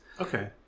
Okay